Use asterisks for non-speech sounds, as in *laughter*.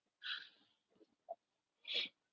*breath*